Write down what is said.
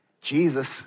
Jesus